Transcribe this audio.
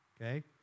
okay